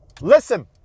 Listen